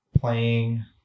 playing